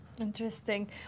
Interesting